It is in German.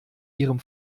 ihrem